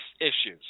issues